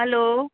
hello